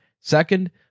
Second